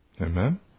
Amen